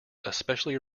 especially